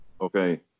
okay